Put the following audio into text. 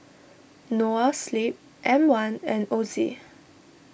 Noa Sleep M one and Ozi